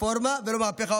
רפורמה ולא מהפכה,